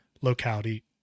locality